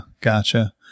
gotcha